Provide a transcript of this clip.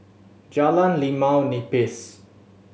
Jalan Limau Nipis